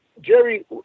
Jerry